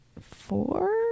four